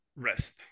rest